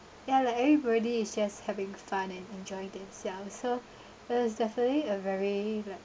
ya like everybody is just having fun and enjoy themselves so that was definitely a very like